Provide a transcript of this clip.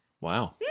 Wow